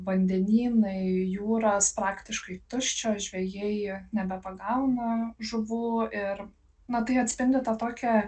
vandenynai jūros praktiškai tuščios žvejai nebepagauna žuvų ir na tai atspindi tą tokią